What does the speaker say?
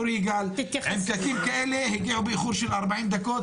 עם הפקקים הגיעו באיחור של 40 דקות,